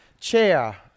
Chair